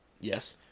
Yes